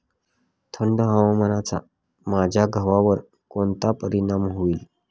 थंड हवामानाचा माझ्या गव्हावर कोणता परिणाम होईल?